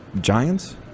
Giants